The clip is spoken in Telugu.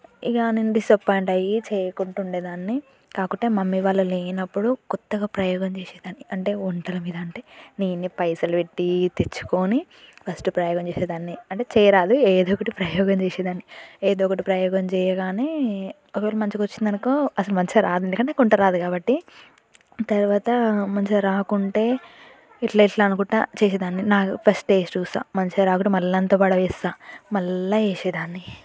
ఇక నేను డిసప్పాయింట్ అయ్యి చేయకుండా ఉండేదాన్ని కాకుంటే మమ్మీ వాళ్ళు లేనప్పుడు కొత్తగా ప్రయోగం చేసేదాన్ని అంటే వంటల మీద అంటే నేనే పైసలు పెట్టి తెచ్చుకొని ఫస్ట్ ప్రయోగం చేసేదాన్ని అంటే చేయరాదు ఏదో ఒకటి ప్రయోగం చేసేదాన్ని ఏదో ఒకటి ప్రయోగం చెయ్యగానే ఒకవేళ మంచిగా వచ్చిందనుకో అసలు మంచిగా రాదు అంటే నాకు వంట రాదు కాబట్టి తరువాత మంచిగా రాకుంటే ఇట్లా ఇట్లా అనుకుంటూ చేసేదాన్ని నాకు ఫస్ట్ టేస్ట్ చూస్తాను మంచిగా రాకుంటే మళ్ళీ అంతా పడవేస్తాను మళ్ళీ చేసేదాన్ని